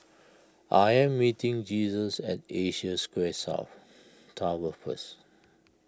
I am meeting Jesus at Asia Square South Tower first